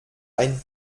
ein